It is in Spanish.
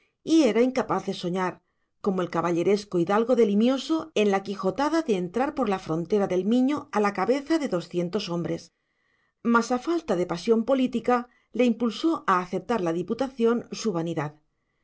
y era incapaz de soñar como el caballeresco hidalgo de limioso en la quijotada de entrar por la frontera del miño a la cabeza de doscientos hombres mas a falta de pasión política le impulsó a aceptar la diputación su vanidad